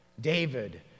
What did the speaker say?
David